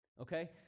Okay